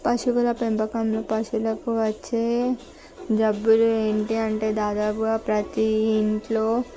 పశువుల పెంపకంలో పశువులకు వచ్చే జబ్బులు ఏంటి అంటే దాదాపుగా ప్రతీ ఇంట్లో